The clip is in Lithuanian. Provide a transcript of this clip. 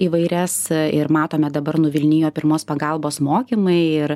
įvairias ir matome dabar nuvilnijo pirmos pagalbos mokymai ir